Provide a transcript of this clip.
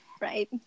right